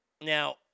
Now